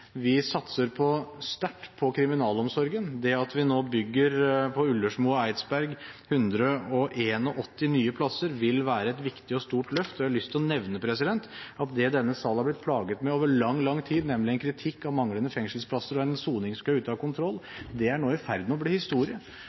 Vi satser sterkt på kriminalomsorgen. Det at vi på Ullersmo og Eidsberg nå bygger 181 nye plasser, vil være et viktig og stort løft, og jeg har lyst til å nevne at det denne salen har blitt plaget med over lang tid, nemlig en kritikk av manglende fengselsplasser og en soningskø ute av kontroll, er nå i ferd med å bli historie.